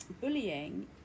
bullying